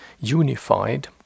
unified